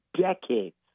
decades